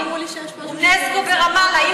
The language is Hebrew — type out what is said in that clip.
אונסק"ו ברמאללה.